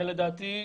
לדעתי,